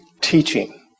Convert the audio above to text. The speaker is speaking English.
teaching